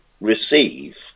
receive